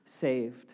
saved